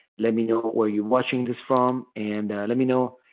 let me know where you're watching this from. and let me know